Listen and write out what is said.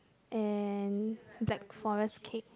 and black forest cake